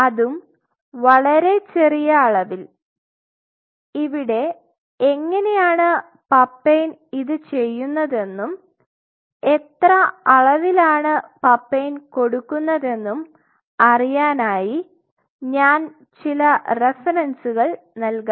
അതും വളരെ ചെറിയ അളവിൽ ഇവിടെ എങ്ങനെയാണ് പപ്പൈൻ ഇത് ചെയ്യുന്നതെന്നും എത്ര അളവിലാണ് പപ്പൈൻ കൊടുക്കുന്നതെന്നും അറിയാനായി ഞാൻ ചില റഫറൻസുകൾ നൽകാം